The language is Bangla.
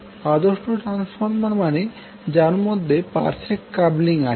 আদর্শ ট্রান্সফর্মার মানে যার মধ্যে পারফেক্ট কাপলিং আছে